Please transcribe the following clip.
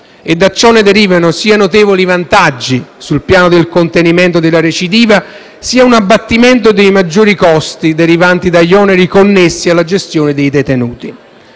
Ne derivano sia notevoli vantaggi sul piano del contenimento della recidiva sia un abbattimento dei maggiori costi derivanti dagli oneri connessi alla gestione dei detenuti.